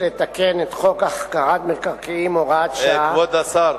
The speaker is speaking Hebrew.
לתקן את חוק החכרת מקרקעין (הוראות שעה) כבוד השר,